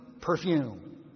perfume